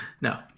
No